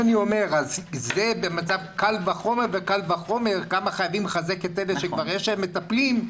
זה במצב קל וחומר וקל וחומר כמה חייבים לחזק את אלה שכבר יש להם מטפלים.